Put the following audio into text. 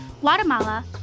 Guatemala